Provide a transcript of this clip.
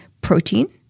protein